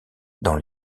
dans